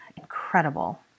incredible